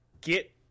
get